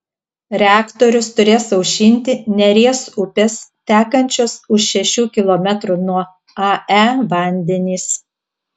reaktorius turės aušinti neries upės tekančios už šešių kilometrų nuo ae vandenys